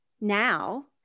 now